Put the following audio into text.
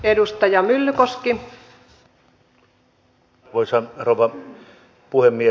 arvoisa rouva puhemies